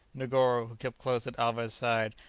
negoro, who kept close at alvez' side,